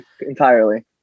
entirely